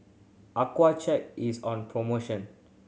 Accucheck is on promotion